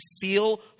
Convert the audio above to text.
feel